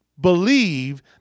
believe